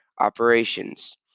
operations